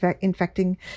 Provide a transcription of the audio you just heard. infecting